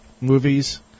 movies